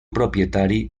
propietari